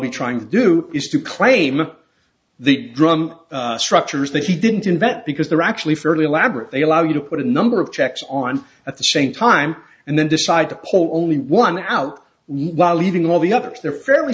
be trying to do is to claim the drum structures that he didn't invent because they're actually fairly elaborate they allow you to put a number of checks on at the same time and then decide to pull only one out while leaving all the others they're fairly